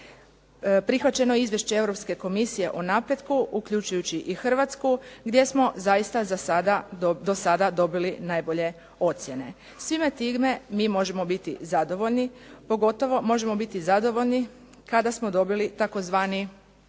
Prihvaćeno je izvješće Europske Komisije o napretku uključujući i Hrvatsku gdje smo zaista za sada, do sada dobili najbolje ocjene. Svime time mi možemo biti zadovoljni, pogotovo možemo biti zadovoljni kada smo dobili tzv.